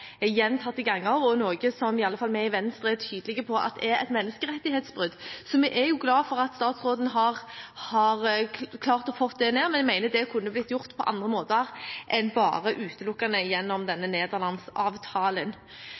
gjentatte ganger, og som i alle fall vi i Venstre er tydelige på er et menneskerettighetsbrudd. Så vi er glade for at statsråden har klart å få det ned, men vi mener det kunne blitt gjort på andre måter enn utelukkende gjennom denne